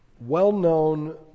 well-known